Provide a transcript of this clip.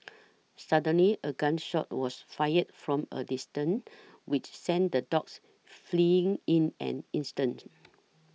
suddenly a gun shot was fired from a distance which sent the dogs fleeing in an instant